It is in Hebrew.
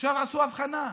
עכשיו עשו הבחנה,